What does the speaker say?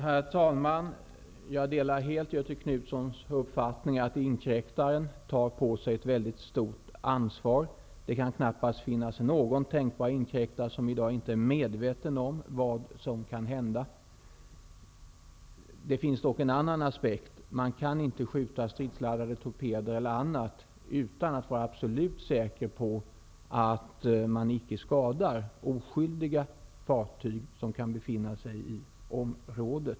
Herr talman! Jag delar helt Göthe Knutsons uppfattning att inkräktaren tar på sig ett väldigt stort ansvar; det kan knappast finnas någon tänkbar inkräktare som i dag inte är medveten om vad som kan hända. Det finns dock en annan aspekt: Man kan inte skjuta stridsladdade torpeder eller annat utan att vara absolut säker på att man icke skadar oskyldiga fartyg som kan befinna sig i området.